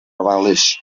ofalus